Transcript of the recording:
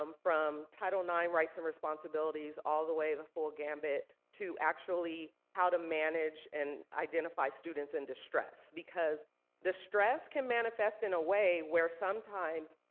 um from title ix rights and responsibilities, all the way the full gambit, to actually how to manage and identify students in distress. because distress can manifest in a way where sometimes,